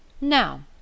Now